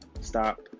stop